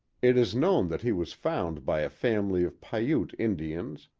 it is known that he was found by a family of piute indians,